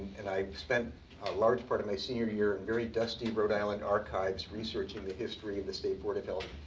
and i spent a large part of my senior year in very dusty rhode island archives researching the history of the state board of health.